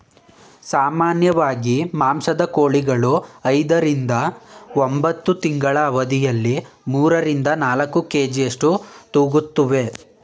ಸಾಮಾನ್ಯವಾಗಿ ಮಾಂಸದ ಕೋಳಿಗಳು ಐದರಿಂದ ಒಂಬತ್ತು ತಿಂಗಳ ಅವಧಿಯಲ್ಲಿ ಮೂರರಿಂದ ನಾಲ್ಕು ಕೆ.ಜಿಯಷ್ಟು ತೂಗುತ್ತುವೆ